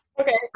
okay